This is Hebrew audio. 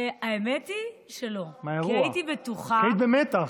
האמת היא שלא, כי הייתי בטוחה, היית במתח.